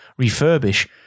refurbish